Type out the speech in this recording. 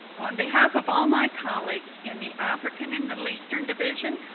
on behalf of all my colleagues in the african and middle eastern division,